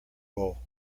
bowl